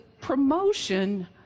promotion